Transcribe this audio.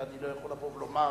ואני לא יכול לבוא ולומר,